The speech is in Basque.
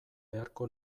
beharko